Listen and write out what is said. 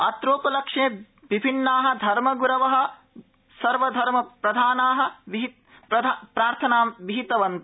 अत्रोपलक्ष्ये विभिन्ना धर्मग्रुव सर्वधर्म प्रार्थना विहितवन्त